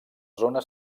zona